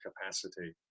capacity